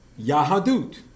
Yahadut